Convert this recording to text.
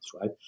right